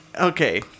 Okay